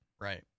Right